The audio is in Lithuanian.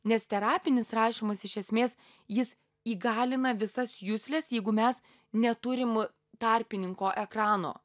nes terapinis rašymas iš esmės jis įgalina visas jusles jeigu mes neturim tarpininko ekrano